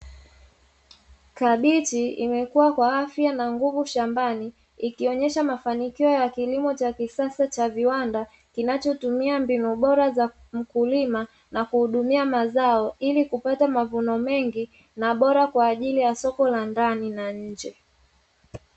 Kabichi imekua kwa afya na nguvu shambani ikionyesha mafanikio ya kilimo cha kisasa cha viwanda, kinachotumia mbinu bora za mkulima na kuhudumia mazao, ili kupata mavuno mengi na bora kwa ajili ya soko la ndani na nje.